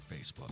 Facebook